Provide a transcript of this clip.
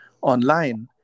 online